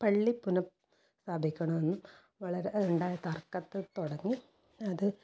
പള്ളി പുനഃ സ്ഥാപിക്കണമെന്നും വളരെ ഉണ്ടായ തർക്കത്തെ തുടർന്ന് അത്